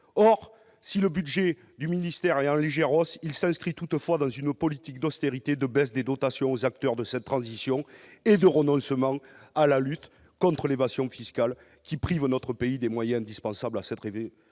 Or si le budget du ministère est en légère hausse, il s'inscrit toutefois dans une politique d'austérité, de baisse des dotations aux acteurs de cette transition et de renoncement à la lutte contre l'évasion fiscale, qui prive notre pays des moyens indispensables à cette révolution